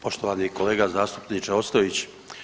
Poštovani kolega zastupniče Ostojić.